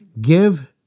Give